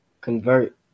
convert